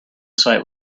site